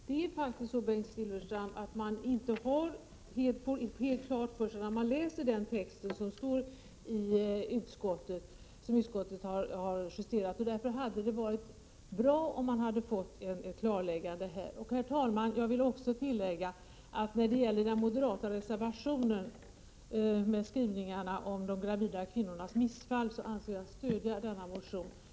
Herr talman! När man läser texten i utskottsbetänkandet får man inte detta helt klart för sig. Därför hade det varit bra om man hade fått ett klarläggande på den punkten. Herr talman! Jag vill även tillägga att jag avser att stödja den moderata reservationen rörande skrivningarna om de gravida kvinnornas missfall.